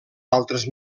altres